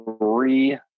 three